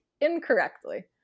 incorrectly